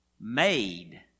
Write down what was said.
made